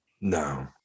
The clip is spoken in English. No